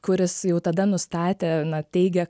kuris jau tada nustatė na teigė